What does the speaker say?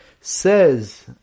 says